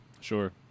Sure